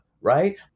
right